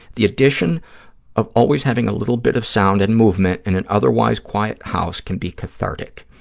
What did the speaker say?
the addition of always having a little bit of sound and movement in an otherwise-quiet house can be cathartic.